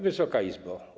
Wysoka Izbo!